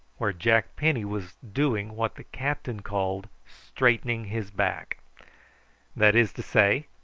where jack penny was doing what the captain called straightening his back that is to say,